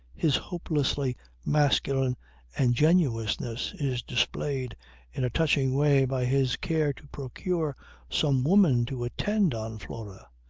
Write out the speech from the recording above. his hopelessly masculine ingenuousness is displayed in a touching way by his care to procure some woman to attend on flora.